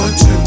two